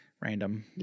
random